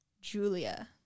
julia